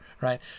right